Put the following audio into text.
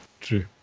True